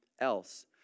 else